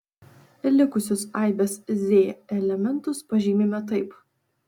likusius aibės z elementus pažymime taip